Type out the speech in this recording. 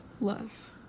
less